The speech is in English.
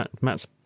Matt's